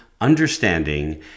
understanding